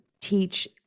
teach